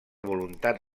voluntat